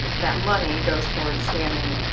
that money goes towards scamming